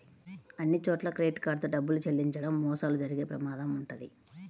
అన్నిచోట్లా credit card తో డబ్బులు చెల్లించడం మోసాలు జరిగే ప్రమాదం వుంటది